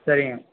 சரிங்க